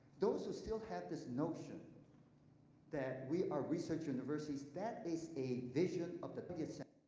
those who still have this notion that we are research universities. that is a vision of the